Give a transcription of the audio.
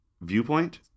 viewpoint